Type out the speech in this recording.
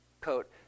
coat